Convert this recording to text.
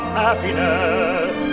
happiness